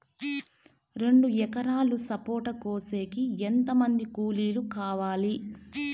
రెండు ఎకరాలు సపోట కోసేకి ఎంత మంది కూలీలు కావాలి?